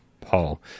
Paul